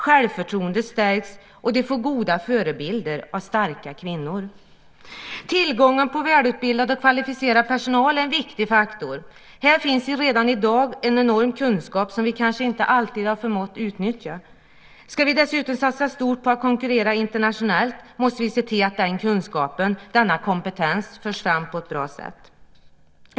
Självförtroendet stärks, och de får goda förebilder av starka kvinnor. Tillgången på välutbildad och kvalificerad personal är en viktig faktor. Här finns redan i dag en enorm kunskap som vi kanske inte alltid har förmått att utnyttja. Ska vi dessutom satsa stort på att konkurrera internationellt måste vi se till att den kunskapen, denna kompetens, förs fram på ett bra sätt.